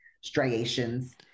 striations